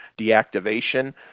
deactivation